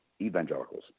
evangelicals